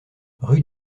rue